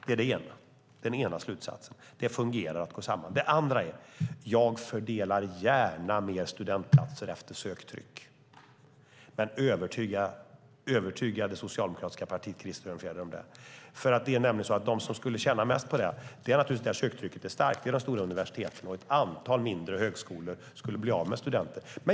Den ena slutsatsen är alltså att det fungerar att gå samman. Den andra är: Jag fördelar gärna fler studentplatser efter söktryck, men övertyga det socialdemokratiska partiet om det, Krister Örnfjäder! De som skulle tjäna mest på det är naturligtvis de lärosäten där söktrycket är starkt. Det är de stora universiteten, och ett antal mindre högskolor skulle bli av med studenter.